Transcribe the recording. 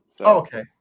Okay